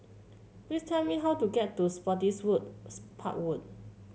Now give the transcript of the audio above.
please tell me how to get to Spottiswoode's Road Park Road